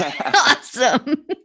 awesome